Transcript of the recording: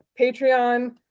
Patreon